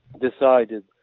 decided